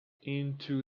into